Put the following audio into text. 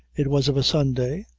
it was of a sunday,